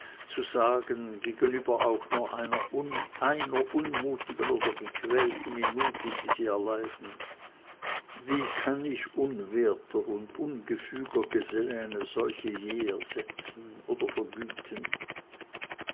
zu sagen gegenüber auch nur einer unmutigen oder gequälten minute die sie erleiden wie kann ich unwerter und ungefüger geselle eine solche je ersetzen oder vergüten